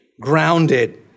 grounded